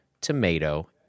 tomato